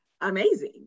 amazing